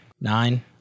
Nine